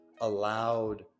allowed